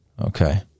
Okay